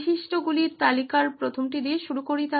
বৈশিষ্ট্যগুলির তালিকার প্রথমটি দিয়ে শুরু করি